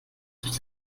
durch